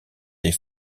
des